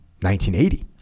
1980